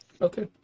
Okay